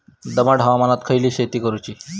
दमट हवामानात खयली शेती करूची?